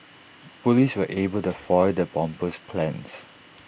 Police were able to foil the bomber's plans